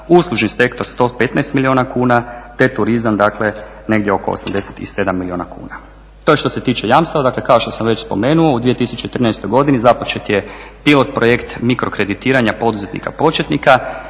uslužni sektor 115 milijuna kuna te turizam dakle negdje oko 87 milijuna kuna. To je što se tiče jamstava. Dakle, kao što sam već spomenuo, u 2014. godini započet je pilot projekt Mikrokreditiranja poduzetnika početnika